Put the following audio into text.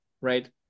right